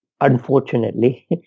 unfortunately